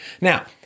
Now